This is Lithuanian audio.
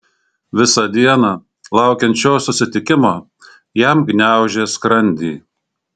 visą dieną laukiant šio susitikimo jam gniaužė skrandį